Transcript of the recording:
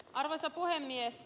arvoisa puhemies